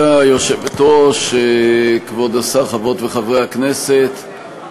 השר, חברי וחברות הכנסת,